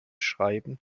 schreiben